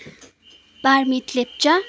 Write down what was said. Barmit Lepcha